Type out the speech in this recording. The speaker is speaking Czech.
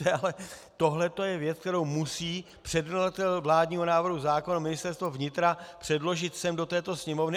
Ale tohleto je věc, kterou musí předkladatel vládního návrhu zákona, Ministerstvo vnitra, předložit sem do této Sněmovny.